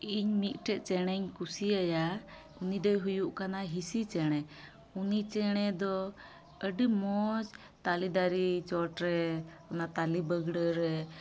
ᱤᱧ ᱢᱤᱫᱴᱮᱡ ᱪᱮᱬᱮᱧ ᱠᱩᱥᱤᱭᱟᱭᱟ ᱩᱱᱤᱫᱚᱭ ᱦᱩᱭᱩᱜ ᱠᱟᱱᱟ ᱦᱤᱥᱤ ᱪᱮᱬᱮ ᱩᱱᱤ ᱪᱮᱬᱮ ᱫᱚ ᱟᱹᱰᱤ ᱢᱚᱡᱽ ᱛᱟᱞᱮ ᱫᱟᱨᱮᱹ ᱪᱚᱴᱨᱮ ᱚᱱᱟ ᱛᱟᱞᱮ ᱵᱟᱹᱜᱽᱲᱟᱹ ᱨᱮ